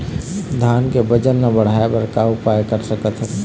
धान के वजन ला बढ़ाएं बर का उपाय कर सकथन?